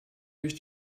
durch